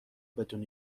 بدون